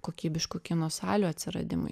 kokybiškų kino salių atsiradimui